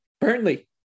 Burnley